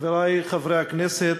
חברי חברי הכנסת,